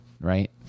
Right